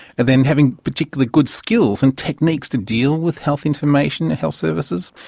and then having particularly good skills and techniques to deal with health information and health services.